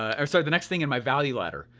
or sorry the next thing in my value ladder,